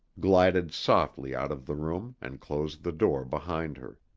glided softly out of the room and closed the door behind her.